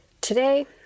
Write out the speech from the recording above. Today